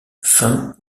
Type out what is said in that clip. fin